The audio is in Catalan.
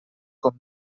com